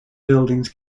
buildings